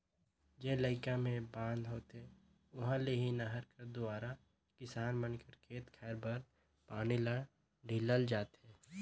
जेन इलाका मे बांध होथे उहा ले ही नहर कर दुवारा किसान मन कर खेत खाएर बर पानी ल ढीलल जाथे